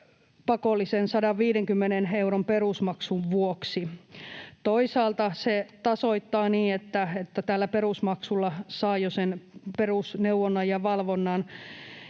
pakollisen 150 euron perusmaksun vuoksi. Toisaalta se tasoittaa niin, että perusmaksulla saa jo sen perusneuvonnan ja -valvonnan